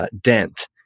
dent